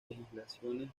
legislaciones